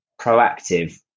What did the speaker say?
proactive